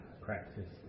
practice